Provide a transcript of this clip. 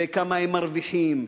וכמה הם מרוויחים,